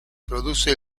produce